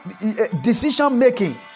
decision-making